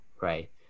Right